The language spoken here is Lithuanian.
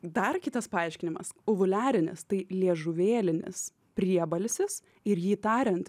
dar kitas paaiškinimas uvuliarinis tai liežuvėlinis priebalsis ir jį tariant